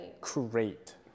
create